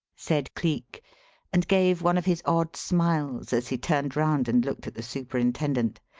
said cleek and gave one of his odd smiles as he turned round and looked at the superintendent.